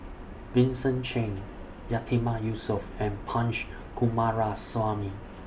Vincent Cheng Yatiman Yusof and Punch Coomaraswamy